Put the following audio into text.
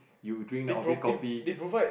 you drink the office coffee